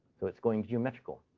so it's going geometrical.